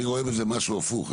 אני רואה בזה משהו הפוך.